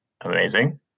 Amazing